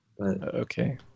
Okay